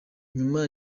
nyuma